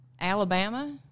Alabama